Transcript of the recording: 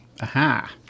Aha